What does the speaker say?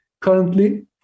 Currently